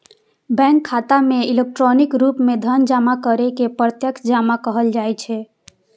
bank खाता मे electronic रूप मे धन जमा करै के प्रत्यक्ष जमा कहल जाइ छै